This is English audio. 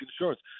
insurance